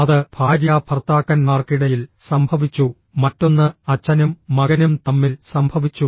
അത് ഭാര്യാഭർത്താക്കന്മാർക്കിടയിൽ സംഭവിച്ചു മറ്റൊന്ന് അച്ഛനും മകനും തമ്മിൽ സംഭവിച്ചു